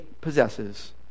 possesses